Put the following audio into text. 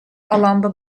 alanda